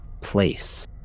place